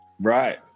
Right